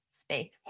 space